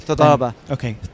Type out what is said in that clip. Okay